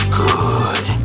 good